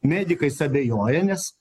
medikais abejoja nes